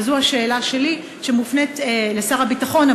וזו השאלה שלי שמופנית לשר הביטחון,